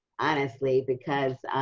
honestly. because,